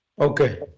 Okay